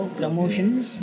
promotions